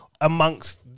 Amongst